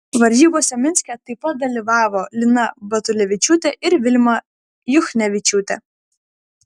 varžybose minske taip pat dalyvavo lina batulevičiūtė ir vilma juchnevičiūtė